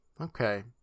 okay